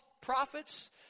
prophets